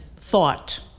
thought